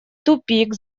тупик